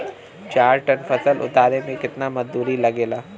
चार टन फसल उतारे में कितना मजदूरी लागेला?